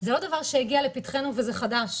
זה לא דבר שהגיע לפתחנו כדבר חדש,